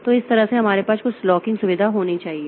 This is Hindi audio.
तो इस तरह से हमारे पास कुछ लॉकिंग सुविधा होनी चाहिए